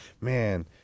man